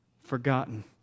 forgotten